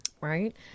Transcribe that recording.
Right